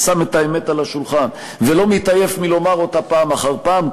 ושם את האמת על השולחן ולא מתעייף מלומר אותה פעם אחר פעם,